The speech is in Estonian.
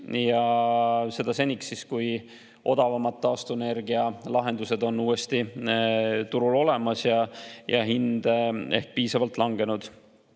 ja seda seniks, kui odavamad taastuvenergialahendused on uuesti turul olemas ja hind ehk piisavalt langenud.